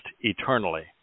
eternally